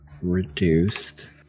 reduced